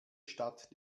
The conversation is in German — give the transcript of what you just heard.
stadt